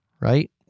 right